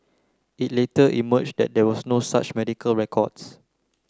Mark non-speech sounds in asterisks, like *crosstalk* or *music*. it later emerged that there were *unintelligible* no such medical records